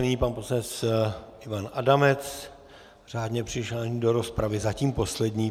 Nyní pan poslanec Ivan Adamec, řádně přihlášený do rozpravy, zatím poslední.